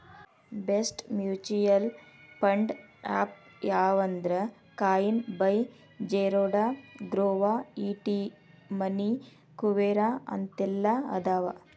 best mutual fund apps ಯಾವಂದ್ರಾ coin by Zerodha Groww ET money Kuvera ಅಂತೆಲ್ಲಾ ಅದಾವ